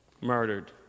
murdered